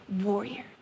warrior